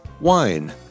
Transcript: Wine